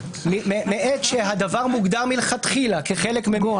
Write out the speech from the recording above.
מעת שהדבר מוגדר מלכתחילה כחלק -- גור,